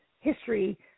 history